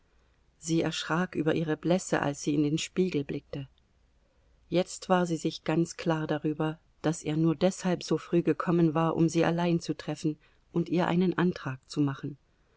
sie erschrak über ihre blässe als sie in den spiegel blickte jetzt war sie sich ganz klar darüber daß er nur deshalb so früh gekommen war um sie allein zu treffen und ihr einen antrag zu machen